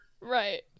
right